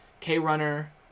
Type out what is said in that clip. k-runner